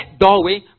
doorway